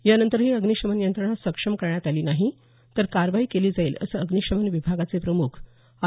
यानंतरही अग्नीशमन यंत्रणा सक्षम करण्यात आली नाही तर कारवाई केली जाईल असं अग्नीशमन विभागाचे प्रमुख आर